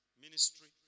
ministry